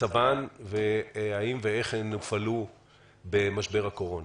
מצבן, והאם ואיך הן הופעלו במשבר הקורונה.